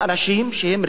יהודים רוצים להתפלל,